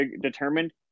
determined